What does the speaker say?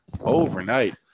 overnight